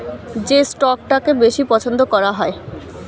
যে স্টকটাকে বেশি পছন্দ করা হয়